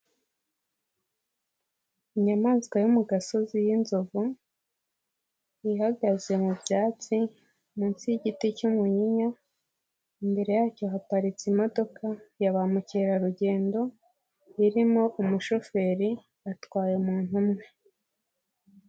Inyamaswa yo mu gasozi y'ininzovu, ihagaze mu byatsi, munsi y'igiti cy'umuyinya, imbere yacyo haparitse imodoka ya bamukerarugendo, irimo umushoferi, atwaye umuntu umwe.